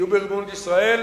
שיהיו בריבונות ישראל,